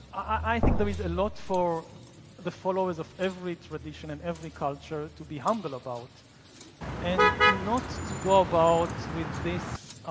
i think there is a lot for the followers of every tradition and every culture to be humble about and not to go about with this